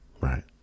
right